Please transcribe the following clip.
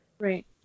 Right